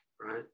Right